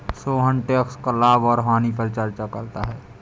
Sohan tax का लाभ और हानि पर चर्चा करता है